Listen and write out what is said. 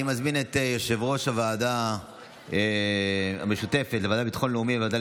אני מזמין את יושב-ראש הוועדה המשותפת לוועדה לביטחון לאומי ולוועדה